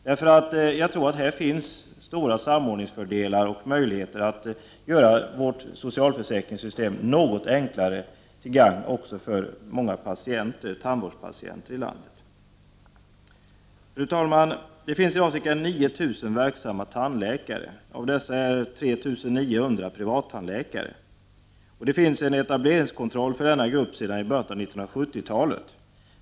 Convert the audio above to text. Jag tror att det här finns möjligheter till stora samordningsfördelar och till att göra vårt socialförsäkringssystem något enklare, till gagn också för många tandvårdspatienter i vårt land. Det finns i dag ca 9 000 verksamma tandläkare. Av dessa är 3 900 privattandläkare. Det finns en etableringskontroll för denna grupp sedan i början 1970-talet.